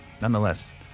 nonetheless